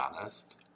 honest